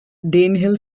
danehill